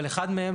-- אבל אחד מהם,